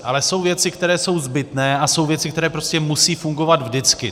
Ale jsou věci, které jsou zbytné, a jsou věci, které prostě musí fungovat vždycky.